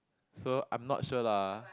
so I'm not sure lah